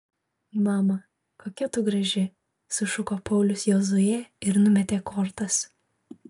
mama kokia tu graži sušuko paulius jozuė ir numetė kortas